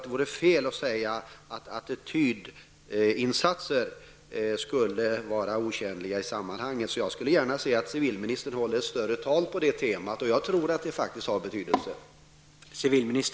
Det vore fel att säga att attitydinsatser skulle vara otjänliga i sammanhanget. Jag skulle gärna se att civilministern håller ett större tal på det temat.